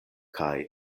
kaj